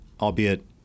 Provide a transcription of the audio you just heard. albeit